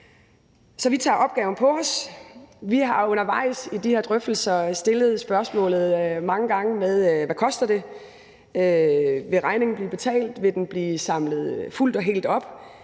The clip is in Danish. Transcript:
Så vi tager opgaven på os. Vi har undervejs i de her drøftelser mange gange stillet spørgsmålet: Hvad koster det? Vil regningen blive betalt? Vil den blive samlet fuldt og helt op?